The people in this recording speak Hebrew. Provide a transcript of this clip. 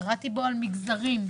קראתי בו על מגזרים,